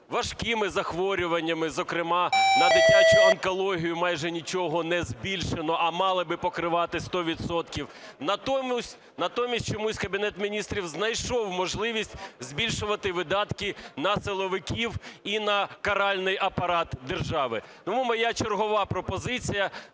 важкими захворюваннями. Зокрема, на дитячу онкологію майже нічого не збільшено, а мали би покривати 100 відсотків. Натомість чомусь Кабінет Міністрів знайшов можливість збільшувати видатки на силовиків і на каральний апарат держави.